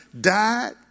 died